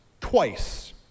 twice